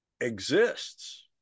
exists